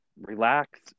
relax